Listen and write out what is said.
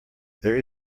there